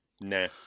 Nah